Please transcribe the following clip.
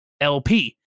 LP